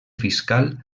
fiscal